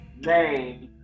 name